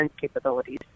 capabilities